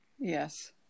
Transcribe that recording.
Yes